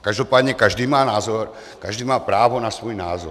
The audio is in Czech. Každopádně každý má názor, každý má právo na svůj názor.